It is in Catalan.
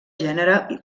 gènere